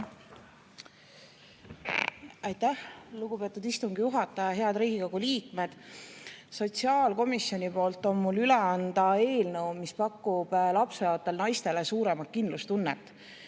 Aitäh, lugupeetud istungi juhataja! Head Riigikogu liikmed! Sotsiaalkomisjoni nimel on mul üle anda eelnõu, mis pakub lapseootel naistele suuremat kindlustunnet.